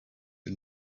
you